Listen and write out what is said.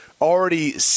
already